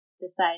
decide